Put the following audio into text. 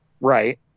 right